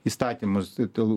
įstatymus dėl